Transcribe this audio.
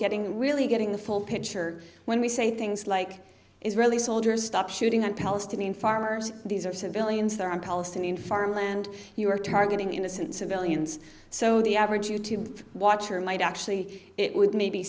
getting really getting the full picture when we say things like israeli soldiers stop shooting on palestinian farmers these are civilians there are palestinian farmland you are targeting innocent civilians so the average you tube watcher might actually it would maybe